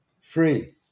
free